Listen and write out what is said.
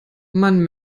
man